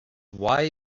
why